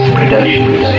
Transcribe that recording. productions